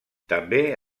també